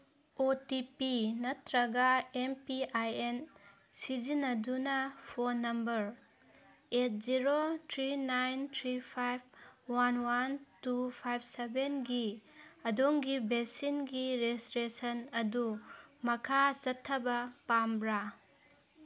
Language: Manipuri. ꯑꯣ ꯇꯤ ꯄꯤ ꯅꯠꯇ꯭ꯔꯒ ꯑꯦꯝ ꯄꯤ ꯑꯥꯏ ꯑꯦꯟ ꯁꯤꯖꯤꯟꯅꯗꯨꯅ phone number eight zero three nine three five one one two five ꯁꯕꯦꯟꯒꯤ ꯑꯗꯣꯝꯒꯤ ꯚꯦꯛꯁꯤꯟꯒꯤ ꯔꯦꯁꯇ꯭ꯔꯦꯁꯟ ꯑꯗꯨ ꯃꯈꯥ ꯆꯠꯊꯕ ꯄꯥꯝꯕ꯭ꯔꯥ